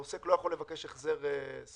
העוסק לא יכול לבקש החזר סולר.